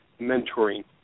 mentoring